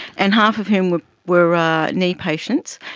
and half of whom were were ah knee patients,